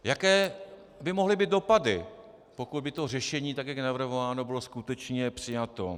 Jaké by mohly být dopady, pokud by to řešení, tak jak je navrhováno, bylo skutečně přijato?